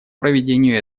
проведению